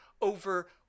over